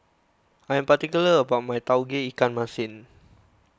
I am particular about my Tauge Ikan Masin